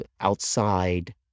outside